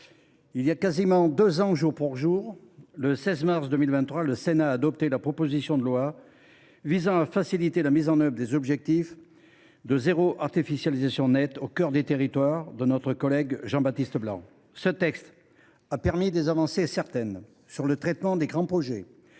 voilà quasiment deux ans jour pour jour, le 16 mars 2023, le Sénat adoptait la proposition de loi visant à faciliter la mise en œuvre des objectifs du zéro artificialisation nette au cœur des territoires, sur l’initiative de notre collègue Jean Baptiste Blanc. Ce texte a permis des avancées certaines sur le traitement des grands projets,